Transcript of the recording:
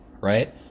right